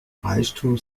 reichtum